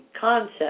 concept